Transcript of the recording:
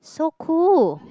so cool